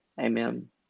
Amen